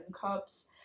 Cups